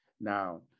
now